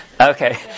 Okay